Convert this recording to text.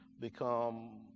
become